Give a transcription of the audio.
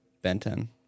Benton